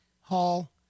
Hall